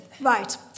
Right